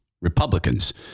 Republicans